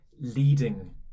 leading